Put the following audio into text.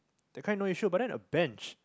that kind no issue but then a bench